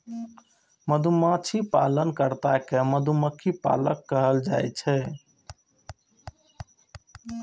मधुमाछी पालन कर्ता कें मधुमक्खी पालक कहल जाइ छै